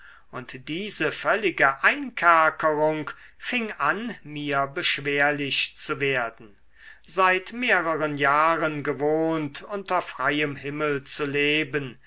und diese völlige einkerkerung fing an mir beschwerlich zu werden seit mehreren jahren gewohnt unter freiem himmel zu leben